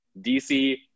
DC